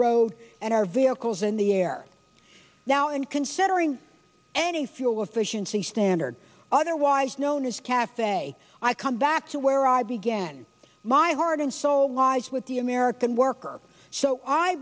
road and our vehicles in the air now and considering any fuel efficiency standard otherwise known as cafe i come back to where i began my heart and soul lies with the american worker so i